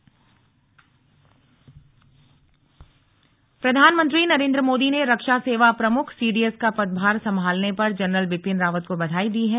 प्रधानमंत्री सीडीएस प्रधानमंत्री नरेंद्र मोदी ने रक्षा सेवा प्रमुख सीडीएस का पदभार संभालने पर जनरल बिपिन रावत को बधाई दी है